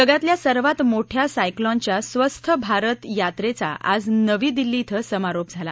जगातल्या सर्वात मोठया सायक्लोऑनच्या सवस्थ भारत यात्रेचा आज नवी दिल्ली क्वें समारोप झाला